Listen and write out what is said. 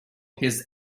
his